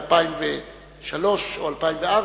ב-2003 או 2004,